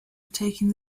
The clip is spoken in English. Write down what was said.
taking